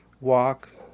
walk